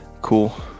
Cool